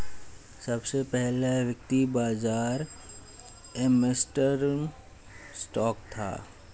सबसे पहला वित्तीय बाज़ार एम्स्टर्डम स्टॉक था